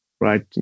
right